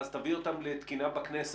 תביא אותם לתקינה בכנסת,